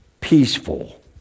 peaceful